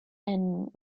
and